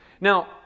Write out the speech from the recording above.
Now